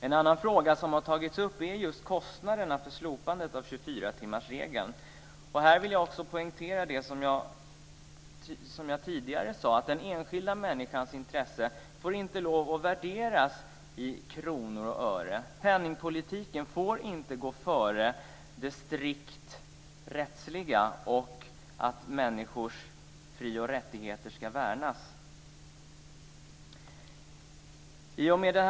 En annan fråga som har tagits upp är just kostnaderna för slopandet av 24-timmarsregeln. Här vill jag poängtera det som jag tidigare sade, att den enskilda människans intresse får inte värderas i kronor och ören. Penningpolitiken får inte gå före det strikt rättsliga. Människors fri och rättigheter ska värnas. Fru talman!